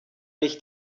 nicht